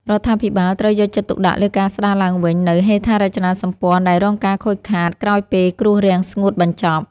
រដ្ឋាភិបាលត្រូវយកចិត្តទុកដាក់លើការស្តារឡើងវិញនូវហេដ្ឋារចនាសម្ព័ន្ធដែលរងការខូចខាតក្រោយពេលគ្រោះរាំងស្ងួតបញ្ចប់។